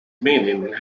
meaning